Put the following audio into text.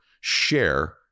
Share